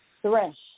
thresh